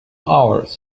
hours